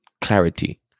clarity